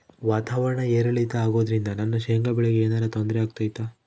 ವಾತಾವರಣ ಏರಿಳಿತ ಅಗೋದ್ರಿಂದ ನನ್ನ ಶೇಂಗಾ ಬೆಳೆಗೆ ಏನರ ತೊಂದ್ರೆ ಆಗ್ತೈತಾ?